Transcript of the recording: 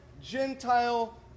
Gentile